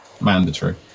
mandatory